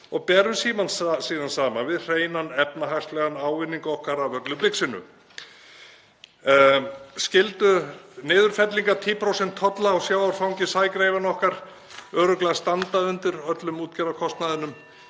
og berum síðan saman við hreinan efnahagslegan ávinning okkar af öllu bixinu. Skyldu niðurfellingar 10% tolla á sjávarfangi sægreifanna okkar örugglega standa undir öllum útgerðarkostnaðinum?